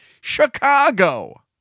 Chicago